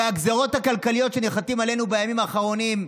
הרי הגזרות הכלכליות שניחתות עלינו בימים האחרונים,